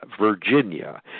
Virginia